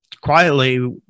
quietly